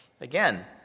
Again